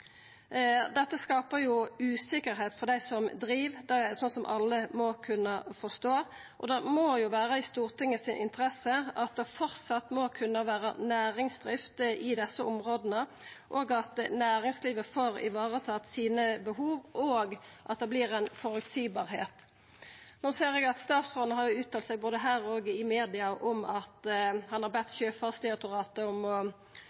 driv, som alle må kunna forstå, og det må jo vera i Stortingets interesse at det framleis må kunna vera næringsdrift i desse områda, at næringslivet får tatt vare på behova sine, og at dei får ha føreseielege vilkår. No ser eg at statsråden har uttalt seg både her og i media om at han har bedt Sjøfartsdirektoratet om å